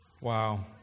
Wow